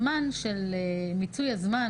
ומיצוי הזמן